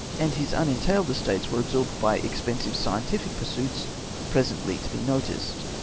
and his imentailed estates were absorbed by expensive scientific pursuits presently to be noticed.